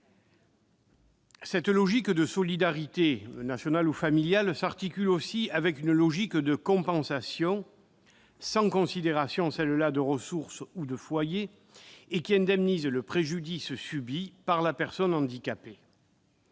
Cette logique de solidarité nationale ou familiale s'articule aussi avec une logique de compensation, sans considération de ressources ou de foyer, et qui indemnise le préjudice subi par la personne handicapée.